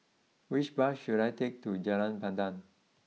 which bus should I take to Jalan Pandan